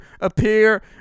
appear